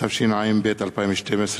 התשע"ב 2012,